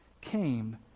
came